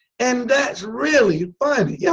and that's really funny. yeah